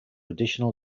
additional